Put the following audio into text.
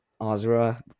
Azra